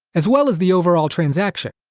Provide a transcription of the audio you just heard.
as well as the overall transaction.